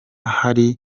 hari